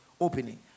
opening